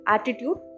Attitude